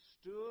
stood